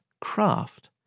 craft